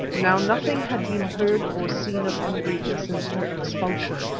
now nothing had been heard or seen of hendrika since her expulsion,